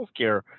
healthcare